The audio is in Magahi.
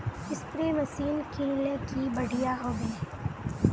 स्प्रे मशीन किनले की बढ़िया होबवे?